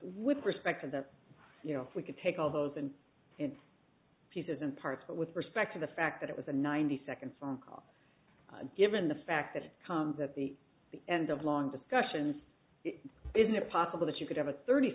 with respect to that you know we could take all those and it's pieces and parts but with respect to the fact that it was a ninety second phone call given the fact that it comes at the end of long discussions isn't it possible that you could have a thirty